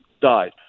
died